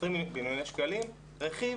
רכיב